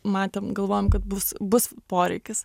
matėm galvojom kad bus bus poreikis